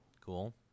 cool